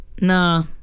Nah